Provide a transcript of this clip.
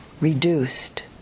reduced